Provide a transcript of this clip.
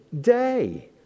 day